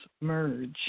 merge